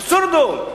אבסורדום.